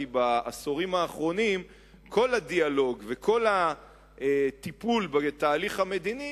אלא כי בעשורים האחרונים כל הדיאלוג וכל הטיפול בתהליך המדיני